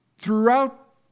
throughout